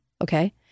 okay